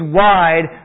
wide